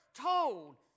told